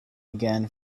again